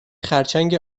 خرچنگ